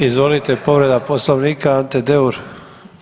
Izvolite povreda Poslovnika Ante Deur.